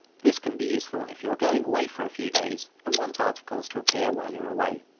this can be useful if you are going away for a few days and want articles to appear while you're away.